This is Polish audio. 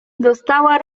dostała